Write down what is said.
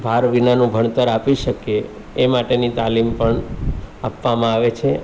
ભાર વિનાનું ભણતર આપી શકીએ એ માટેની તાલીમ પણ આપવામાં આવે છે